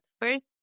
first